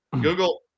google